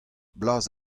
blaz